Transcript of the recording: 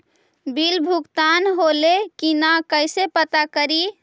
Bill भुगतान होले की न कैसे पता करी?